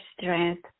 strength